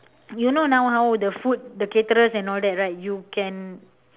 you know now how the food the caterers and all that right you can